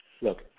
Look